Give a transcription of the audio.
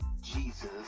Jesus